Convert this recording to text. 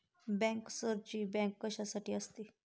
बँकर्सची बँक कशासाठी असते?